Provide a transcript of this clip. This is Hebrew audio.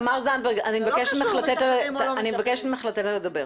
תמר זנדברג, אני מבקשת ממך לתת לה לדבר.